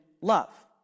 love